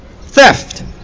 theft